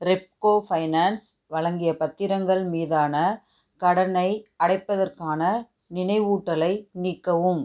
Repco finance வழங்கிய பத்திரங்கள் மீதான கடனை அடைப்பதற்கான நினைவூட்டலை நீக்கவும்